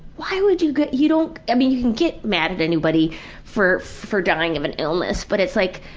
why would you get. you don't. i mean you can get mad at anybody for for dying of an illness but it's like,